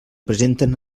presenten